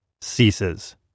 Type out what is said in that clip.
ceases